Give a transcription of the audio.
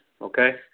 okay